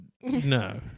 No